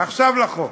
עכשיו לחוק.